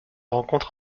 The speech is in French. rencontrent